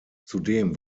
zudem